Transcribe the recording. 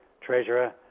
treasurer